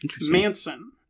Manson